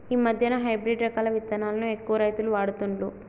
ఈ మధ్యన హైబ్రిడ్ రకాల విత్తనాలను ఎక్కువ రైతులు వాడుతుండ్లు